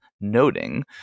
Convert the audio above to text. noting